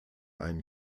ein